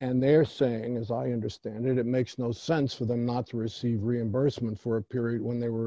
and they're saying as i understand it it makes no sense for them not to receive reimbursement for a period when they were